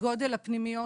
גודל הפנימיות